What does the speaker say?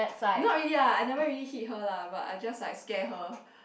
not really lah I never really hit her lah but I just like scare her